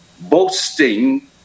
boasting